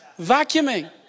vacuuming